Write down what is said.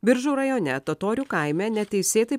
biržų rajone totorių kaime neteisėtai